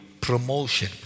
promotion